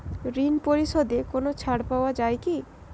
ঋণ পরিশধে কোনো ছাড় পাওয়া যায় কি?